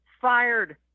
Fired